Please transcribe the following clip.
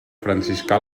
franciscà